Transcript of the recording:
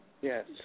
yes